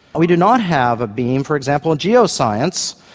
we do not have a beam, for example, in geoscience,